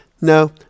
no